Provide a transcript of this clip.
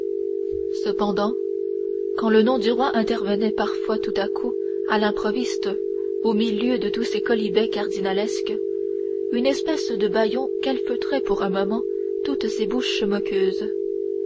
cependant quand le nom du roi intervenait parfois tout à coup à l'improviste au milieu de tous ces quolibets cardinalesques une espèce de bâillon calfeutrait pour un moment toutes ces bouches moqueuses